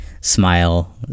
smile